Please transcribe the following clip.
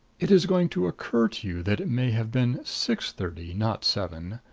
it is going to occur to you that it may have been six-thirty, not seven.